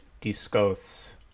Discos